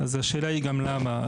השאלה היא למה.